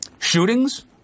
Shootings